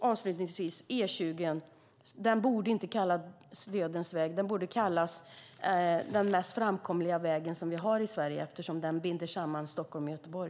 Avslutningsvis vill jag säga att E20 inte borde kallas dödens väg. Den borde kallas den mest framkomliga vägen i Sverige eftersom den binder samman Stockholm och Göteborg.